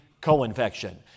co-infection